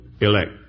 elect